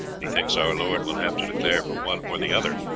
methinks our lord will have to declare for one or the other,